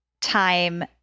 time